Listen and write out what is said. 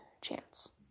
chance